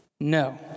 no